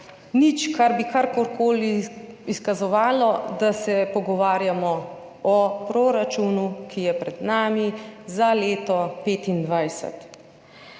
nič, kar bi kakor koli izkazovalo, da se pogovarjamo o proračunu, ki je pred nami, za leto 2025.